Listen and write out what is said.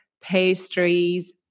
pastries